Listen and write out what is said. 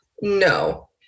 no